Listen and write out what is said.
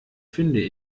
finde